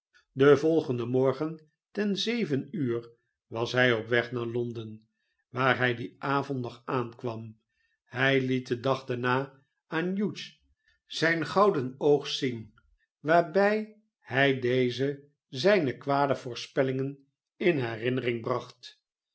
den volgenden morgen ten zeven uur was hij op weg naar l on den waar hij dien avond nog aankwam hij het den dag daarna aan hughes zijn gouden oogst zien waarbij hij dezen zijne kwade voorspellingen in herinnering bracht